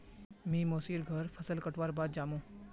मी मोसी र घर फसल कटवार बाद जामु